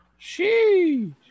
sheesh